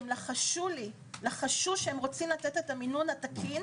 ולחשו שהם רוצים לתת את המינון התקין